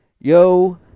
Yo